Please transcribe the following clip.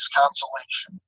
consolation